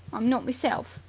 i'm not meself.